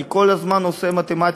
אני כל הזמן עושה מתמטיקה,